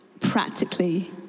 practically